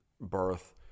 birth